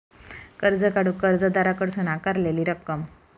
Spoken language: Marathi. कर्ज काढूक कर्जदाराकडसून आकारलेला रक्कम